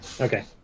Okay